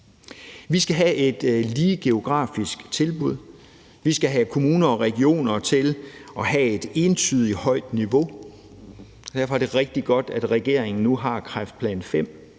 Vi skal have et lige geografisk tilbud, og vi skal have kommuner og regioner til at have et entydigt højt niveau. Derfor et det rigtig godt, at regeringen nu har lavet kræftplan V